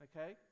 okay